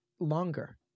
Longer